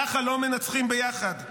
ככה לא מנצחים ביחד,